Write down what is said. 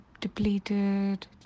depleted